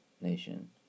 nation